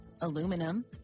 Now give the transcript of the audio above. aluminum